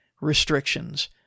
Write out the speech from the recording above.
restrictions